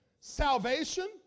salvation